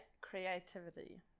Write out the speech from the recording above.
creativity